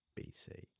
BC